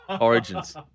origins